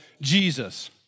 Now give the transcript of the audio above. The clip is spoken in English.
Jesus